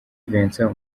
vincent